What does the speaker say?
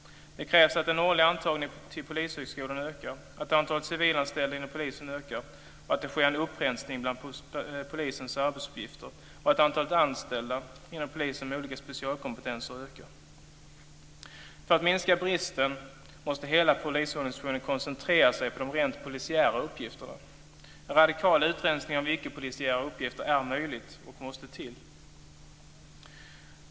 Det krävs att den årliga antagningen till Polishögskolan ökar, att antalet civilanställda inom polisen ökar, att det sker en upprensning bland polisens arbetsuppgifter och att antalet anställda inom polisen med olika specialkompetenser ökar. För att minska bristen måste hela polisorganisationen koncentrera sig på de rent polisiära uppgifterna. En radikal upprensning av icke-polisiära uppgifter är möjlig och måste till.